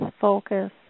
focus